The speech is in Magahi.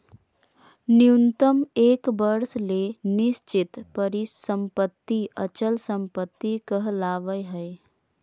न्यूनतम एक वर्ष ले निश्चित परिसम्पत्ति अचल संपत्ति कहलावय हय